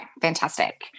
fantastic